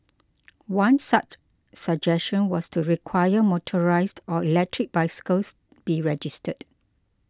one such suggestion was to require motorised or electric bicycles be registered